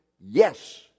yes